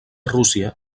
rússia